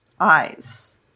eyes